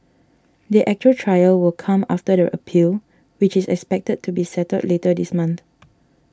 the actual trial will come after the appeal which is expected to be settled later this month